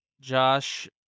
Josh